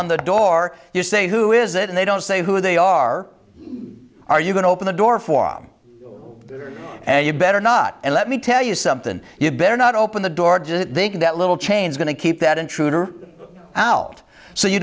on the door you say who is it and they don't say who they are are you going to open the door for and you better not and let me tell you something you'd better not open the door to think that little chains going to keep that intruder out so you